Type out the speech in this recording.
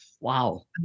Wow